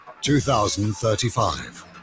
2035